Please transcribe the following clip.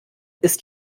ist